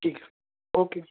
ٹھیک ہے اوکے